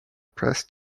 pressed